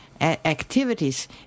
activities